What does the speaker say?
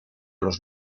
los